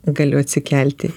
galiu atsikelti